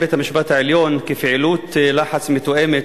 בית-המשפט העליון כ"פעילות לחץ מתואמת,